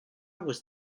was